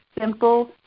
simple